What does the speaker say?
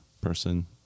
person